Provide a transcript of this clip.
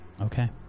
Okay